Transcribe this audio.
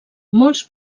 molts